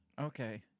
Okay